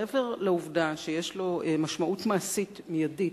מעבר לעובדה שיש לו משמעות מעשית מיידית,